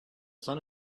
sun